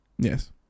Yes